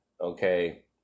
okay